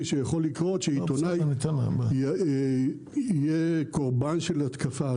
שיכול לקרות שעיתונאי יהיה קורבן של התקפה.